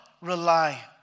rely